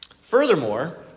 Furthermore